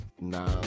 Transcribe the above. Nah